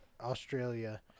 Australia